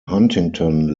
huntington